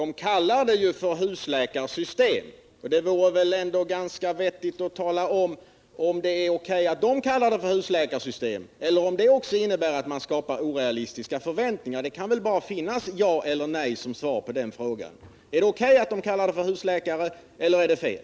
Herr talman! De kallar det ju, Rune Gustavsson, för husläkarsystem, och det vore ändå ganska vettigt att tala om huruvida det är O.K. att de kallar det för husläkarsystem eller om även det innebär att det skapas orealistiska förväntningar. På den frågan kan väl svaret endast bli ja eller nej. Är det O.K. att de kallar det för husläkare eller är det fel?